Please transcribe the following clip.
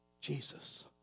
Jesus